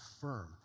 firm